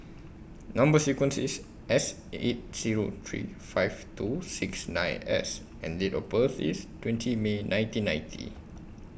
Number sequence IS S eight Zero three five two six nine S and Date of birth IS twenty May nineteen ninety